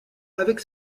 avec